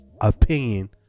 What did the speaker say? opinion